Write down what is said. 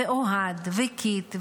ואוהד וקית',